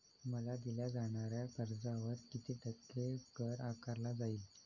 मला दिल्या जाणाऱ्या कर्जावर किती टक्के कर आकारला जाईल?